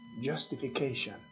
Justification